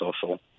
social